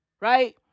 right